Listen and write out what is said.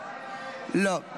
לא.